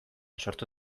sortu